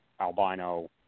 albino